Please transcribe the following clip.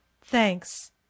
Thanks